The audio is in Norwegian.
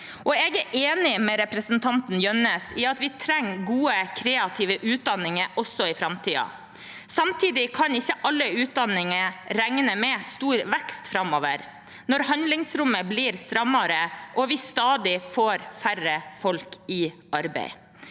Jeg er enig med representanten Jønnes i at vi trenger gode kreative utdanninger også i framtiden. Samtidig kan ikke alle utdanninger regne med stor vekst framover, når handlingsrommet blir strammere og vi stadig får færre folk i arbeid.